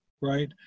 right